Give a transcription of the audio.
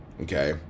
Okay